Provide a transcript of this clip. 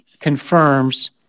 confirms